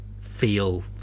feel